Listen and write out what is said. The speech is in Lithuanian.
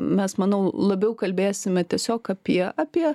mes manau labiau kalbėsime tiesiog apie apie